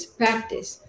practice